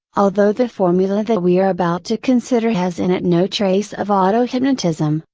although the formula that we are about to consider has in it no trace of auto hypnotism,